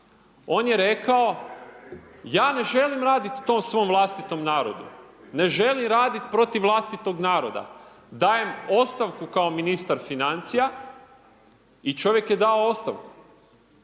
On je rekao ja ne želim radit to svom vlastitom narodu, ne želim raditi protiv vlastitog naroda, dajem ostavku kao ministar financija, i čovjek je dao ostavku.